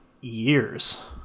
years